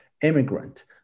immigrant